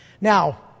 Now